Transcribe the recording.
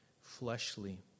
fleshly